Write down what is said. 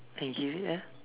and give it a